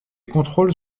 contrôles